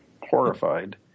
horrified